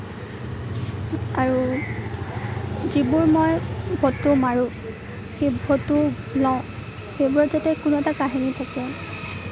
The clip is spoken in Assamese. আৰু যিবোৰ মই ফটো মাৰোঁ সেই ফটো লওঁ সেইবোৰত যাতে কোনো এটা কাহিনী থাকে